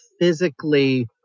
physically